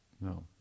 No